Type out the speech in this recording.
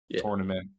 tournament